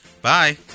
Bye